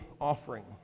offering